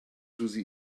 susi